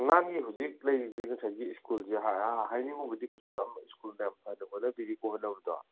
ꯑꯉꯥꯡꯒꯤ ꯍꯧꯖꯤꯛ ꯂꯩꯔꯤꯕꯁꯦ ꯉꯁꯥꯏꯒꯤ ꯁ꯭ꯀꯨꯜꯁꯦ ꯍꯥꯏꯅꯤꯡꯕꯕꯨꯗꯤ ꯀꯩꯁꯨ ꯌꯥꯝꯅ ꯁ꯭ꯀꯨꯜꯗ ꯐꯅ ꯍꯣꯠꯅꯕꯤꯔꯤꯀꯣ ꯍꯣꯠꯅꯕꯗꯣ